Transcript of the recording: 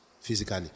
physically